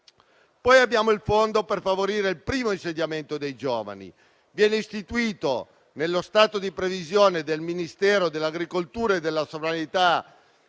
Abbiamo poi un fondo per favorire il primo insediamento dei giovani, che viene istituito nello stato di previsione del Ministero dell'agricoltura, della sovranità